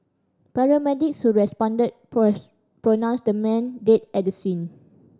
paramedics who responded pronounced the man at the scene